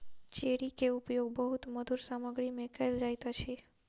cherry के उपयोग बहुत मधुर सामग्री में कयल जाइत अछि